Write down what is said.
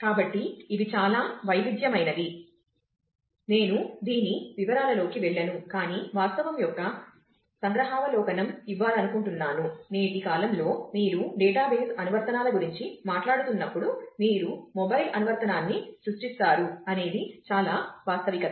కాబట్టి ఇవి చాలా వైవిధ్యమైనవి నేను దీని వివరాలలోకి వెళ్ళను కానీ వాస్తవం యొక్క సంగ్రహావలోకనం ఇవ్వాలనుకుంటున్నాను నేటి కాలంలో మీరు డేటాబేస్ అనువర్తనాన్ని సృష్టిస్తారు అనేది చాలా వాస్తవికత